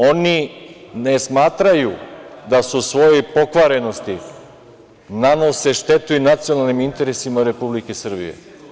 Oni ne smatraju da u svojoj pokvarenosti nanose štetu i nacionalnim interesima Republike Srbije.